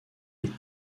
les